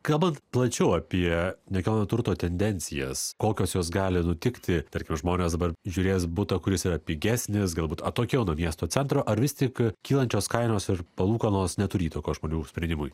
kalbant plačiau apie nekilnojamo turto tendencijas kokios jos gali nutikti tarkim žmonės dabar žiūrės butą kuris yra pigesnis galbūt atokiau nuo miesto centro ar vis tik kylančios kainos ir palūkanos neturi įtakos žmonių sprendimui